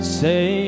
say